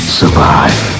survive